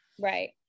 right